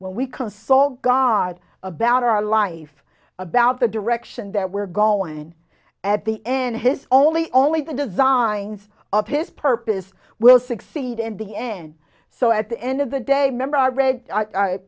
consult god about our life about the direction that we're go and at the end his only only the designs of his purpose will succeed in the end so at the end of the day member i read